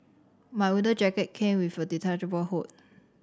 my winter jacket came with a detachable hood